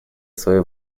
свои